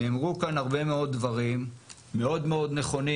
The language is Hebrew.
נאמרו כאן הרבה מאוד דברים מאוד מאוד נכונים,